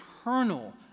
eternal